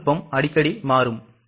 தொழில்நுட்பம் அடிக்கடி மாறும்